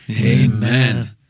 Amen